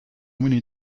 many